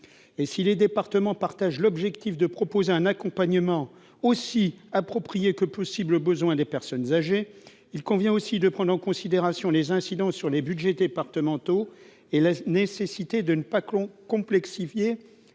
et si les départements partagent l'objectif de proposer un accompagnement aussi approprié que possible aux besoins des personnes âgées, il convient aussi de prendre en considération les incidents sur les Budgets départementaux et la nécessité de ne pas que l'on complexifier